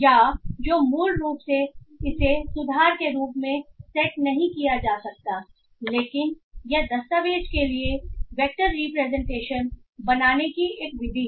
या जो मूल रूप से इसे सुधार के रूप में सेट नहीं किया जा सकता है लेकिन यह दस्तावेज़ के लिए वेक्टर रिप्रेजेंटेशन बनाने की एक विधि है